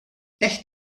echt